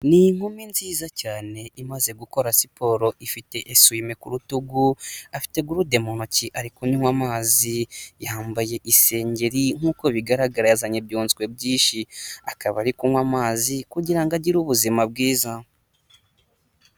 Ni inkumi nziza cyane imaze gukora siporo, ifite esuwime ku rutugu, afite gurude mu ntoki ari kunywa amazi, yambaye isengeri nk'uko bigaragara yazanye ibyunzwe byinshi, akaba ari kunywa amazi kugira ngo agire ubuzima bwiza.